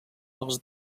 els